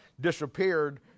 disappeared